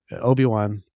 Obi-Wan